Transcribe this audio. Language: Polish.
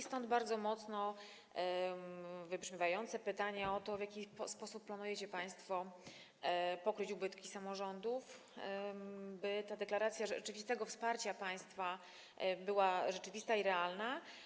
Stąd bardzo mocno wybrzmiewające pytanie o to, w jaki sposób planujecie państwo pokryć ubytki samorządów, by ta deklaracja rzeczywistego wsparcia państwa była rzeczywista i realna.